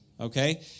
okay